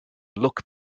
look